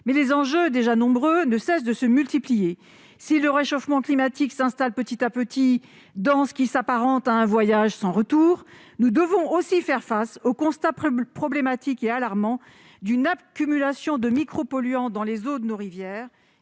et les enjeux, déjà nombreux, ne cessent de se multiplier. Si le réchauffement climatique s'installe petit à petit dans ce qui s'apparente à un voyage sans retour, nous devons aussi faire face au constat alarmant d'une accumulation de micropolluants dans les eaux de nos rivières